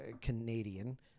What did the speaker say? Canadian